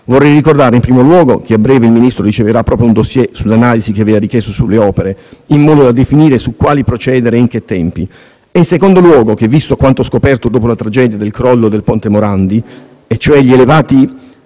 vorrei ricordare, in primo luogo, che a breve il Ministro riceverà un *dossier* sull'analisi che aveva richiesto sulle opere, in modo da definire su quali procedere e in che tempi; in secondo luogo, visto quanto scoperto dopo la tragedia del crollo del ponte Morandi, e cioè gli elevati